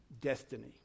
Destiny